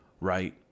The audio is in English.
right